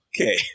Okay